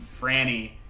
Franny